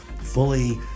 fully